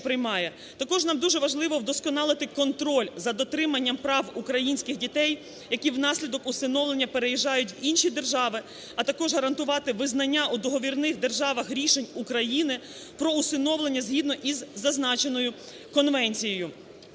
Також нам дуже важливо вдосконалити контроль за дотриманням прав українських дітей, які внаслідок усиновлення переїжджають в інші держави, а також гарантувати визнання у договірних державах рішень України про усиновлення згідно із зазначеною конвенцією.